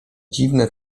dziwne